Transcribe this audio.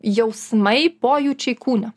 jausmai pojūčiai kūne